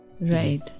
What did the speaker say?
right